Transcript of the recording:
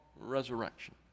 resurrection